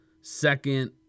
second